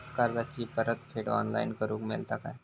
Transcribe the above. कर्जाची परत फेड ऑनलाइन करूक मेलता काय?